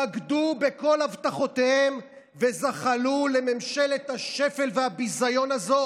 בגדו בכל הבטחותיהם וזחלו לממשלת השפל והביזיון הזו